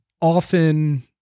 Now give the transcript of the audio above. often